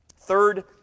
Third